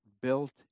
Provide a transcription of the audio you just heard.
built